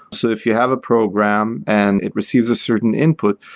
so if you have a program and it receives a certain input,